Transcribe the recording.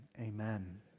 amen